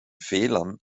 fehlern